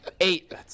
eight